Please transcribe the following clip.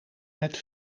met